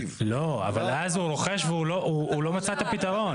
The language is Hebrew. אבל אז הוא רוכש והוא לא מצא את הפתרון.